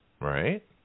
right